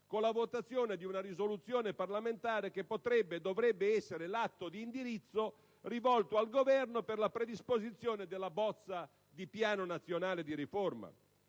con la votazione di una risoluzione parlamentare che potrebbe e dovrebbe essere l'atto di indirizzo rivolto al Governo per la predisposizione della bozza di Piano nazionale di riforma?